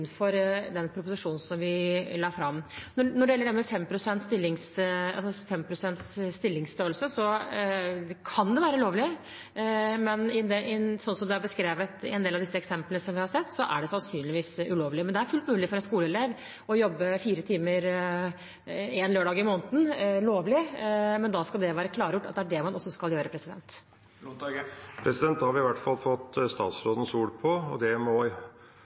for den proposisjonen vi la fram. Når det gjelder 5-prosentstillingsstørrelse, kan det være lovlig, men slik det er beskrevet i en del av disse eksemplene som vi har sett, er det sannsynligvis ulovlig. Men det er fullt mulig for en skoleelev å jobbe lovlig fire timer én lørdag i måneden, men da skal det være klargjort at det er det man også skal gjøre. Da har vi i hvert fall fått statsrådens ord på – og det må